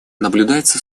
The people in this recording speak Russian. наблюдается